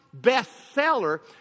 bestseller